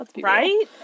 Right